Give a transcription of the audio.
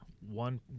one